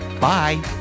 Bye